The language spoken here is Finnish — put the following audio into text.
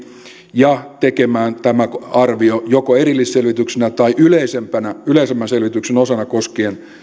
ja tekemään tämä arvio joko erillisselvityksenä tai yleisemmän selvityksen osana koskien